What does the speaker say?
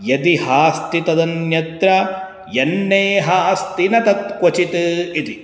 यदिहास्ति तदन्यत्र यन्नेहास्ति न तत् क्वचित् इति